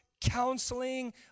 counseling